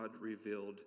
revealed